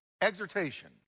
Exhortation